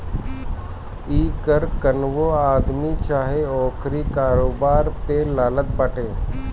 इ कर कवनो आदमी चाहे ओकरी कारोबार पे लागत बाटे